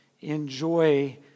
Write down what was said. enjoy